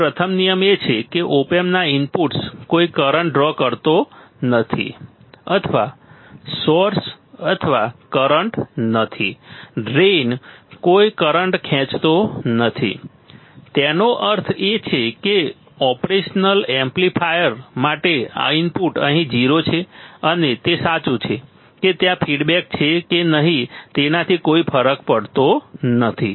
તેથી પ્રથમ નિયમ એ છે કે ઓપ એમ્પના ઇનપુટ્સ કોઈ કરંટ ડ્રો કરતો નથી અથવા સોર્સ અથવા કરંટ નથી ડ્રેઇન કોઈ કરંટ ખેંચતો નથી તેનો અર્થ એ છે કે ઓપરેશનલ એમ્પ્લીફાયર માટે ઇનપુટ અહીં 0 છે અને તે સાચું છે કે ત્યાં ફીડબેક છે કે નહીં તેનાથી કોઈ ફરક પડતો નથી